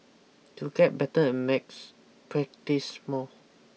to get better at maths practise more